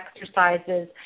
exercises